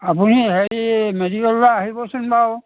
আপুনি হেৰি মেডিকেললৈ আহিবচোন বাৰু